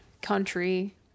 Country